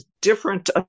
different